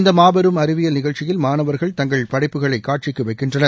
இந்த மாபெரும் அறிவியல் நிகழ்ச்சியில் மாணவர்கள் தங்கள் படைப்புகளை காட்சிக்கு வைக்கின்றனர்